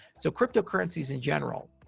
so cryptocurrencies, in general,